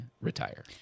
retire